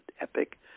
epic